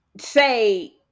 say